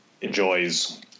enjoys